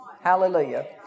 Hallelujah